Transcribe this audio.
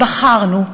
בחרנו,